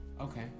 Okay